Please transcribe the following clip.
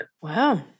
Wow